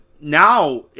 Now